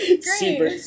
super